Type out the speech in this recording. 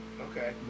Okay